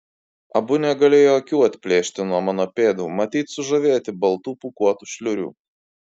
abu negalėjo akių atplėšti nuo mano pėdų matyt sužavėti baltų pūkuotų šliurių